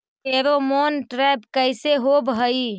Pheromone trap कैसे होब हई?